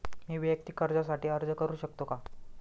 मी वैयक्तिक कर्जासाठी अर्ज करू शकतो का?